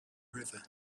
river